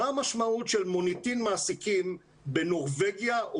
מה המשמעות של מוניטין מעסיקים בנורבגיה או